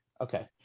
Okay